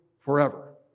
forever